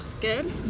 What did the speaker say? good